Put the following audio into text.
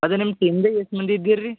ಅದೆ ನಿಮ್ಮ ಟೀಮ್ದಾಗ ಎಸ್ ಮಂದಿ ಇದ್ದೀರ ರೀ